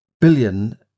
billion